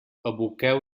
aboqueu